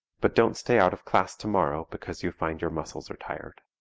but don't stay out of class tomorrow because you find your muscles are tired.